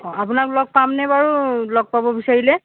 অঁ আপোনাক লগ পামনে বাৰু লগ পাব বিচাৰিলে